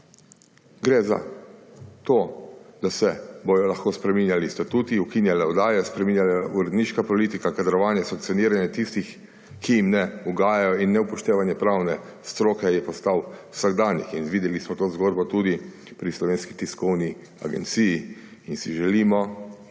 Gre za to, da se bodo lahko spreminjali statuti, ukinjale oddaje, spreminjala uredniška politika, kadrovanje, sankcioniranje tistim, ki jih ne ugajajo, in neupoštevanje pravne stroke je postal vsakdanjik in videli smo to zgodbo tudi pri Slovenski tiskovni agenciji. Želimo